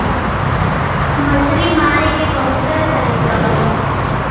मछरी मारे के बहुते तरीका हौ